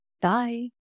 Bye